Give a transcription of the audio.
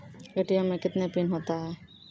ATM मे कितने pin होता हैं?